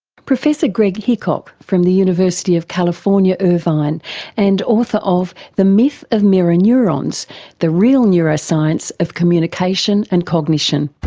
professor greg hickok from the university of california irvine and author of the myth of mirror neurons the real neuroscience of communication and cognition.